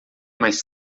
mais